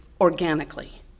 organically